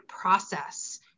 process